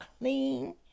clean